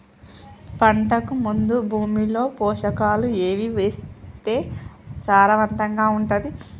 పంటకు ముందు భూమిలో పోషకాలు ఏవి వేస్తే సారవంతంగా ఉంటది?